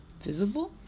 visible